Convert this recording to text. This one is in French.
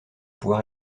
pouvoir